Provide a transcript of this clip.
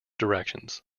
directions